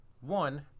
One